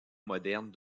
moderne